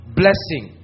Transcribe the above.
blessing